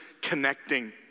connecting